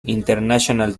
international